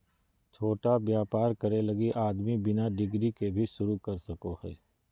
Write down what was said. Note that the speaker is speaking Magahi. छोटा व्यापर करे लगी आदमी बिना डिग्री के भी शरू कर सको हइ